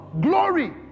glory